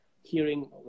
hearing